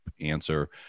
answer